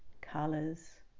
colors